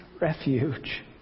refuge